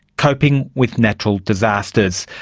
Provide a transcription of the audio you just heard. coping with natural disasters.